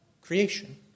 creation